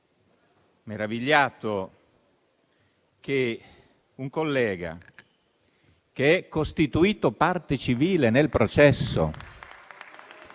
meravigliato che un collega, che si è costituito parte civile nel processo